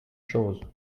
chose